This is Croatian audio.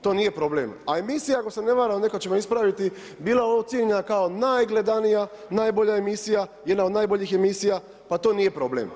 To nije problem, a emisija ako se ne varam netko će me ispraviti bila ocijenjena kao najgledanija, najbolja emisija, jedna od najboljih emisija pa to nije problem.